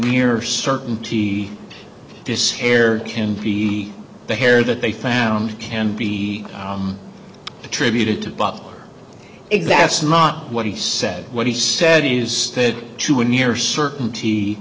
near certainty this hair can be the hair that they found can be attributed to but it that's not what he said what he said is that to a near certain